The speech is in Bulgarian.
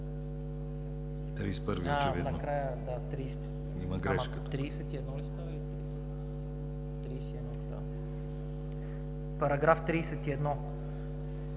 31